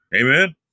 Amen